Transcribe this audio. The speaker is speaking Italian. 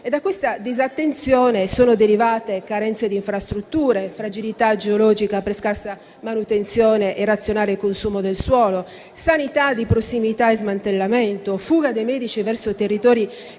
Da questa disattenzione sono derivate carenze di infrastrutture; fragilità geologica per scarsa manutenzione e irrazionale consumo del suolo; sanità di prossimità e smantellamento; fuga dei medici verso territori